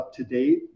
UpToDate